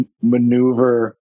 maneuver